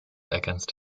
against